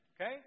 Okay